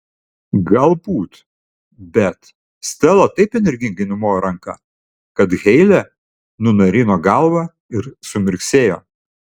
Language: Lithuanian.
gal galbūt bet stela taip energingai numojo ranka kad heile nunarino galvą ir sumirksėjo